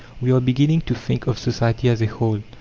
we are beginning to think of society as a whole,